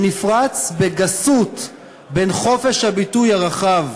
שנפרץ בגסות, בין חופש הביטוי הרחב,